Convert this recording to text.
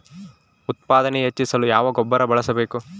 ಉತ್ಪಾದನೆ ಹೆಚ್ಚಿಸಲು ಯಾವ ಗೊಬ್ಬರ ಬಳಸಬೇಕು?